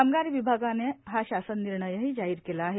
कामगार विभागानेनं हा शासन निर्णयही जाहीर केला आहे